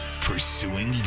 pursuing